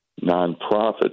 nonprofits